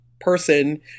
person